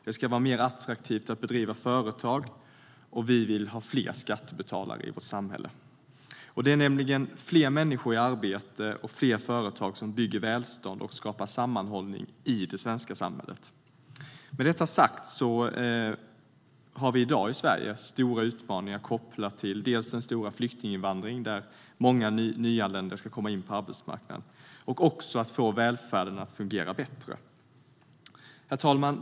Det ska vara mer attraktivt att bedriva företag, och vi vill ha fler skattebetalare i vårt samhälle. Det är nämligen fler människor i arbete och fler företag som bygger välstånd och skapar sammanhållning i det svenska samhället. Med detta sagt har vi i dag i Sverige stora utmaningar kopplade till dels den stora flyktinginvandringen, som leder till att många nyanlända ska komma in på arbetsmarknaden, dels frågan om att få välfärden att fungera bättre. Herr talman!